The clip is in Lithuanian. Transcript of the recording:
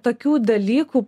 tokių dalykų